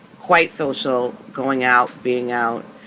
quite social, going out, being out,